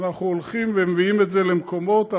ואנחנו הולכים ומביאים את זה למקומות.